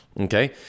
okay